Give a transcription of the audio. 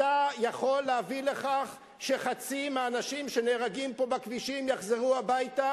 אתה יכול להביא לכך שחצי מהאנשים שנהרגים פה בכבישים יחזרו הביתה